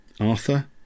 Arthur